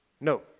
No